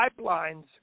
pipelines